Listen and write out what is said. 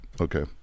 Okay